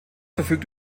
verfügt